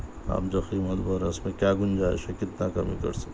آپ جو قیمت بول رہے اُس میں کیا گنجائش ہے کتتا کمی کر سکھ